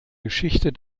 geschichte